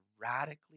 radically